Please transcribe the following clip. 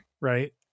right